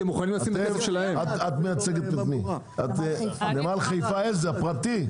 את מייצרת את נמל חיפה הפרטי.